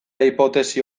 hipotesi